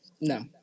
No